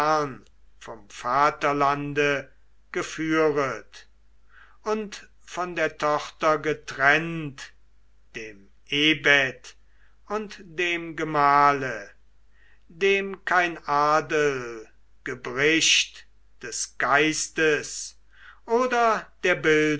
vom vaterlande geführet und von der tochter getrennt dem ehbett und dem gemahle dem kein adel gebricht des geistes oder der